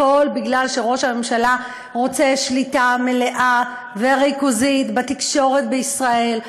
הכול כי ראש הממשלה רוצה שליטה מלאה וריכוזית בתקשורת בישראל,